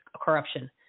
corruption